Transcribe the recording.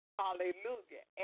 hallelujah